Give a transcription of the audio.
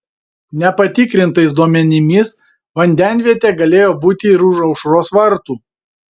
nepatikrintais duomenimis vandenvietė galėjo būti ir už aušros vartų